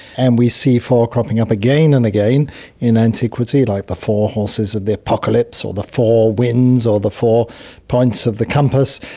and we see four cropping up again and again in antiquity, like the four horses of the apocalypse or the four winds or the four points of the compass.